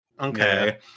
Okay